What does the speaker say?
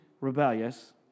rebellious